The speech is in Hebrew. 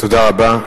תודה רבה.